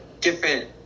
different